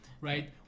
right